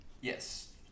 Yes